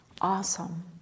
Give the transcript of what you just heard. awesome